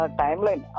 timeline